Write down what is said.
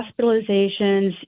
hospitalizations